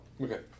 Okay